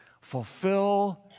fulfill